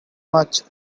much